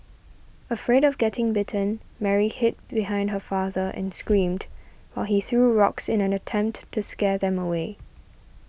afraid of getting bitten Mary hid behind her father and screamed while he threw rocks in an attempt to scare them away